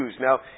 Now